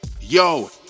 Yo